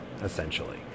essentially